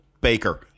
Baker